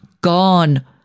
gone